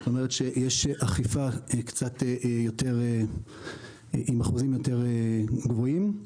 זאת אומרת שיש אכיפה קצת יותר עם אחוזים יותר גבוהים.